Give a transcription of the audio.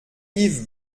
yves